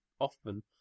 often